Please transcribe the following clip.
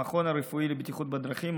המכון הרפואי לבטיחות בדרכים,